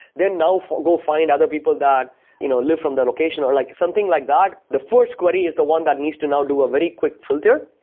then now go find other people that you know live from that location, or like something like that, the first query is the one that needs to now do a very quick filter.